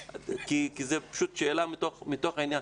שאלה מתוך העניין.